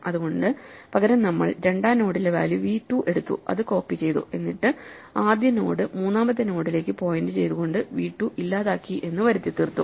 അതുകൊണ്ട് പകരം നമ്മൾ രണ്ടാം നോഡിലെ വാല്യൂ വി 2 എടുത്തു അത് കോപ്പി ചെയ്തു എന്നിട്ടു ആദ്യ നോഡ് മൂന്നാമത്തെ നോഡിലേക്കു പോയിന്റ് ചെയ്തു കൊണ്ട് വി 2 ഇല്ലാതാക്കി എന്ന് വരുത്തി തീർത്തു